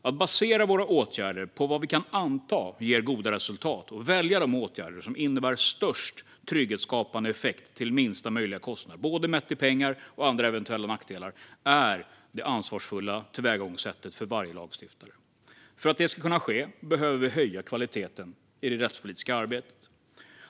Att basera våra åtgärder på vad vi kan anta ger goda resultat och välja de åtgärder som innebär störst trygghetsskapande effekt till minsta kostnad, mätt både i pengar och i andra eventuella nackdelar, är det ansvarsfulla tillvägagångssättet för varje lagstiftare. För att det ska kunna ske behöver vi höja kvaliteten i det rättspolitiska arbetet.